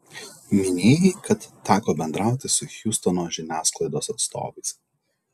minėjai kad teko bendrauti su hjustono žiniasklaidos atstovais